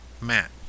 Matt